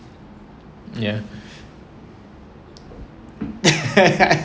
ya